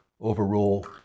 overrule